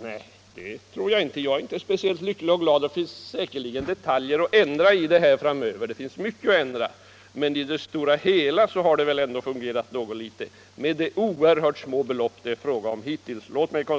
Nej, det tror jag inte. Jag är inte speciellt lycklig och glad. Det finns säkerligen detaljer att ändra framöver — det finns mycket att ändra. Men på det hela taget har det väl ändå fungerat. Låt mig emellertid konstatera att det är oerhört små belopp som det hittills varit fråga om.